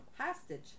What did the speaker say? hostage